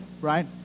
right